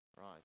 Right